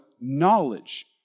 knowledge